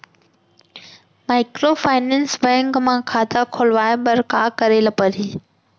Microfinance bank म खाता खोलवाय बर का करे ल परही?